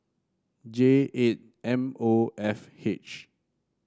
J eight M O F H